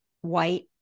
white